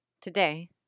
Today